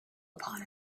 upon